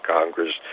Congress